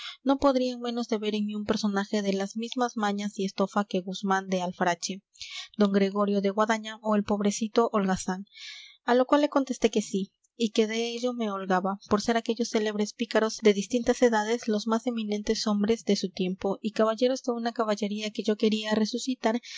no podrían menos de ver en mí un personaje de las mismas mañas y estofa que guzmán de alfarache d gregorio de guadaña o el pobrecito holgazán a lo cual le contesté que sí y que de ello me holgaba por ser aquellos célebres pícaros de distintas edades los más eminentes hombres de su tiempo y caballeros de una caballería que yo quería resucitar